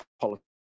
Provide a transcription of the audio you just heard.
politics